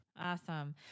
Awesome